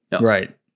Right